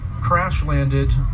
crash-landed